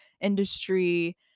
industry